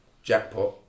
Jackpot